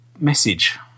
message